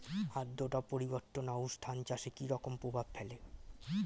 আদ্রতা পরিবর্তন আউশ ধান চাষে কি রকম প্রভাব ফেলে?